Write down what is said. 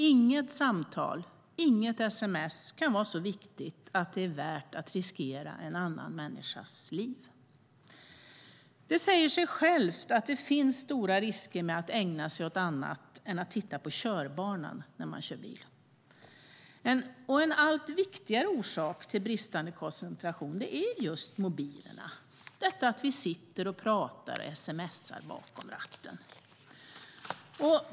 Inget samtal och inget sms kan vara så viktigt att det är värt att riskera en annan människas liv. Det säger sig självt att det finns stora risker med att ägna sig åt annat än att titta på körbanan när man kör bil. En allt viktigare orsak till bristande koncentration är just mobilanvändning, detta att vi sitter och pratar och sms:ar bakom ratten.